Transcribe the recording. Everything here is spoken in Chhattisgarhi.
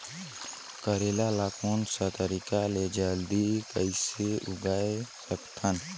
करेला ला कोन सा तरीका ले जल्दी कइसे उगाय सकथन?